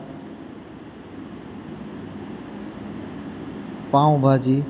pav bhaji